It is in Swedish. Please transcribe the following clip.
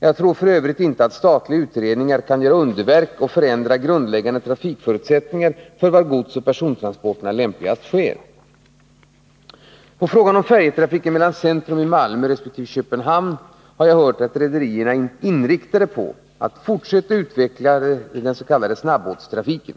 Jag tror f.ö. inte att statliga utredningar kan göra underverk och förändra grundläggande trafikförutsättningar för var godsoch persontransporterna lämpligast sker. På frågan om färjetrafiken mellan centrum i Malmö och centrum i Köpenhamn har jag erfarit att rederierna är inriktade på att fortsätta utveckla den s.k. snabbåtstrafiken.